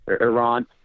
Iran